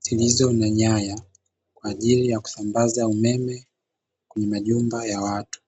zilizo na nyaya kwa ajili ya kusambaza umeme kwenye majumba ya watu.